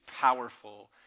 powerful